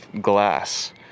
glass